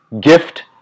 gift